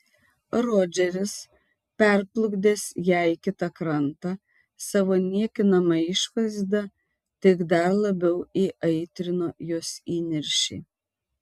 rodžeris perplukdęs ją į kitą krantą savo niekinama išvaizda tik dar labiau įaitrino jos įniršį